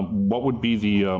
um what would be the